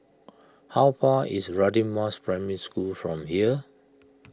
how far away is Radin Mas Primary School from here